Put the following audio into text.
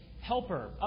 helper